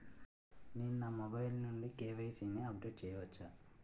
నేను నా మొబైల్ నుండి కే.వై.సీ ని అప్డేట్ చేయవచ్చా?